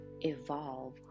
evolve